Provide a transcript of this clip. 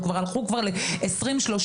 או הלכו כבר ל-2035,